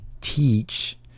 teach